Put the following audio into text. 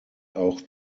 auch